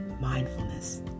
Mindfulness